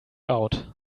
out